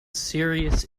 serious